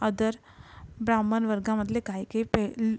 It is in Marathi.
अदर ब्राह्मण वर्गामधले काही काही पैल